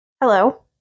hello